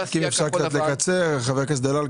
אם אפשר לקצר, חבר הכנסת דלל.